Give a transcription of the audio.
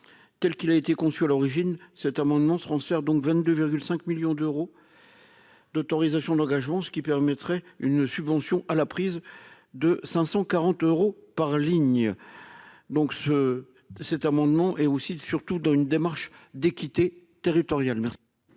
quel qu'il a été conçu à l'origine, cet amendement donc 22,5 millions d'euros d'autorisations d'engagement, ce qui permettrait une subvention à la prise de 540 euros par ligne donc ce cet amendement et aussi de surtout dans une démarche d'équité territoriale, merci.